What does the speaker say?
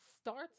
starts